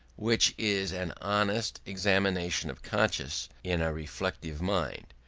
which is an honest examination of conscience in a reflective mind.